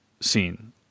scene